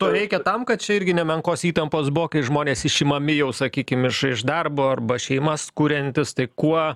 to reikia tam kad čia irgi nemenkos įtampos buvo kai žmonės išimami jau sakykimiš iš darbo arba šeimas kuriantis tai kuo